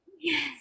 Yes